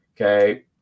Okay